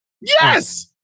Yes